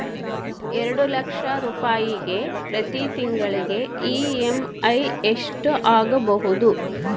ಎರಡು ಲಕ್ಷ ರೂಪಾಯಿಗೆ ಪ್ರತಿ ತಿಂಗಳಿಗೆ ಇ.ಎಮ್.ಐ ಎಷ್ಟಾಗಬಹುದು?